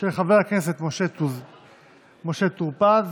של חבר הכנסת משה טור פז.